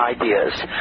ideas